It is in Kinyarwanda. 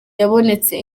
habonetse